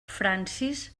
francis